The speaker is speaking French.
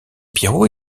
pierrot